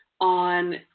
on